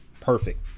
perfect